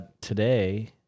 today